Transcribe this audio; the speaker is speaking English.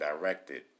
directed